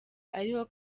ariho